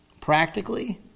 Practically